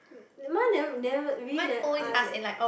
ma never never really never ask eh